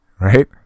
Right